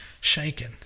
shaken